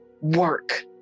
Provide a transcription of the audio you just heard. work